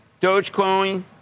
Dogecoin